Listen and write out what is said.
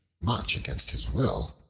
much against his will,